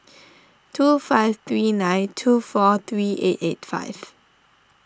two five three nine two four three eight eight five